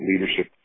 leadership